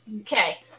okay